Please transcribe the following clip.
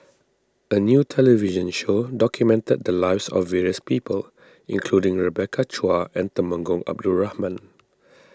a new television show documented the lives of various people including Rebecca Chua and Temenggong Abdul Rahman